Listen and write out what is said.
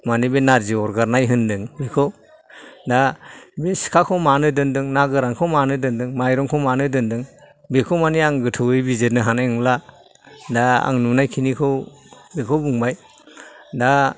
माने बे नार्जि अरगारनाय होन्दों बेखौ दा बे सिखाखौ मानो दोन्दों ना गोरानखौ मानो दोन्दों मायरंखौ मानो दोन्दों बेखौ माने आं गोथौवै बिजिरनो हानाय नंला दा आं नुनायखिनिखौ बेखौ बुंबाय दा